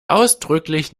ausdrücklich